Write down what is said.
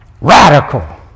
radical